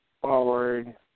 Forward